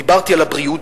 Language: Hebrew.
דיברתי על הבריאות,